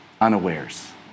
unawares